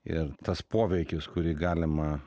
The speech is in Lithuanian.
ir tas poveikis kurį galima